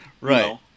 right